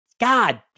God